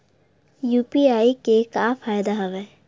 UPI के का फ़ायदा हवय?